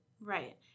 Right